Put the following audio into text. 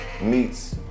meets